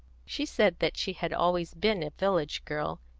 she said that she had always been a village girl,